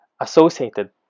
associated